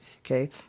okay